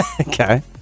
Okay